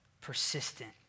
persistent